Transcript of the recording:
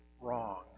wrong